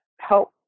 help